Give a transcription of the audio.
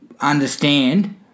understand